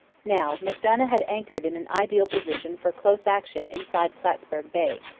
now, macdonough had anchored in an ideal position for close action inside plattsburg bay.